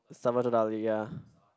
Salvado-Dali' ya